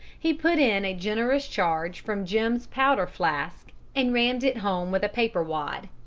he put in a generous charge from jim's powder-flask and rammed it home with a paper wad.